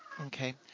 Okay